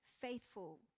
faithful